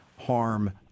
harm